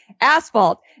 asphalt